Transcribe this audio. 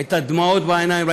את הדמעות בעיניים,